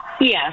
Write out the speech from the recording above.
Yes